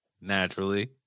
Naturally